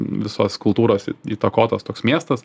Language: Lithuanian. visos kultūros įtakotas toks miestas